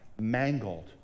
mangled